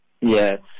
Yes